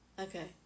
Okay